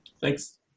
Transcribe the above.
Thanks